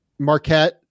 marquette